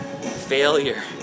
failure